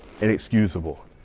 inexcusable